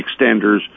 extenders